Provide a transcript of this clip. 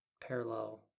parallel